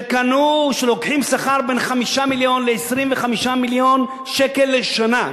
שלוקחים שכר בין 5 מיליון ל-25 מיליון שקל לשנה,